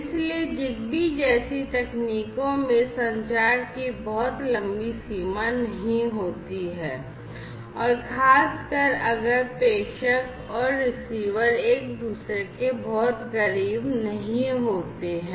ZigBee जैसी तकनीकों में संचार की बहुत लंबी सीमा नहीं होती है खासकर अगर sender और रिसीवर एक दूसरे के बहुत करीब नहीं होते हैं